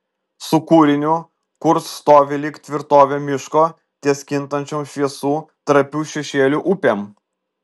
su kūriniu kurs stovi lyg tvirtovė miško ties kintančiom šviesų trapių šešėlių upėm